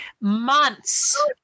months